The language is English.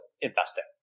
investing